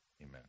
amen